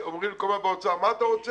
אומרים כל הזמן באוצר: מה אתה רוצה?